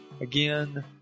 again